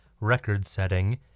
record-setting